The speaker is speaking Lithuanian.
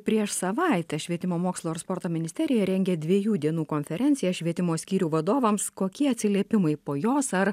prieš savaitę švietimo mokslo ir sporto ministerija rengia dviejų dienų konferenciją švietimo skyrių vadovams kokie atsiliepimai po jos ar